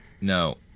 no